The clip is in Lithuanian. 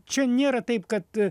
čia nėra taip kad